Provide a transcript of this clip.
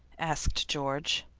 asked george.